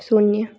शून्य